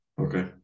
Okay